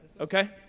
okay